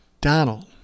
Donald